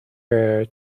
her